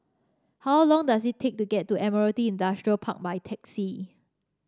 how long does it take to get to Admiralty Industrial Park by taxi